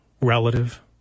relative